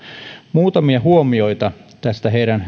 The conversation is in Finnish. muutamia huomioita tästä heidän